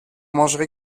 mangerez